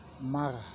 Mara